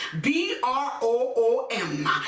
B-R-O-O-M